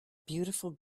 beautiful